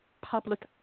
public